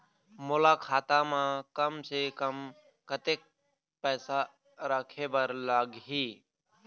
मोला खाता म कम से कम कतेक पैसा रखे बर लगही?